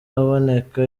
aboneka